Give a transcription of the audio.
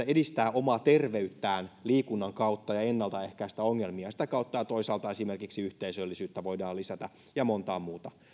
edistää omaa terveyttään liikunnan kautta ja ennalta ehkäistä ongelmia sitä kautta ja toisaalta esimerkiksi yhteisöllisyyttä voidaan lisätä ja montaa muuta